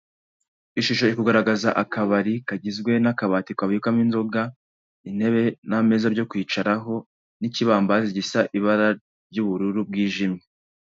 Ishusho iri kugaragaza akabari kagizwe n'akabati kabikwamo inzoga intebe n'ameza byo kwicaraho nikibambazi gisa ibara ry'ubururu bwijimye.